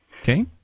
Okay